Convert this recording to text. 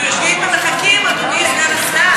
אנחנו יושבים ומחכים, אדוני סגן השר.